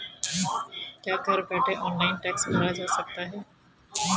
क्या घर बैठे ऑनलाइन टैक्स भरा जा सकता है?